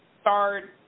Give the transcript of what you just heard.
Start